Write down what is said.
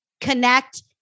connect